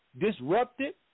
disrupted